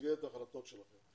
במסגרת ההחלטות שלכם.